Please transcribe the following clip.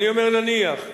אני אומר: נניח.